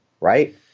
Right